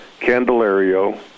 Candelario